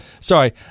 Sorry